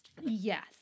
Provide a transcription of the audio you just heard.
Yes